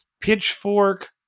pitchfork